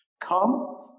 Come